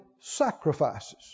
sacrifices